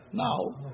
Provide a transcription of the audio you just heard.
now